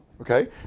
Okay